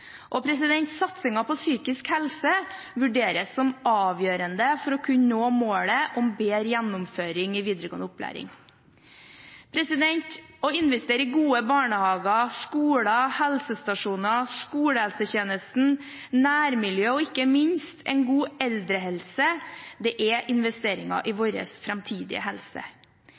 på psykisk helse vurderes som avgjørende for å kunne nå målet om bedre gjennomføring i videregående opplæring. Å investere i gode barnehager, skoler, helsestasjoner, skolehelsetjenesten, nærmiljø og ikke minst en god eldrehelse er investeringer i